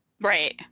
Right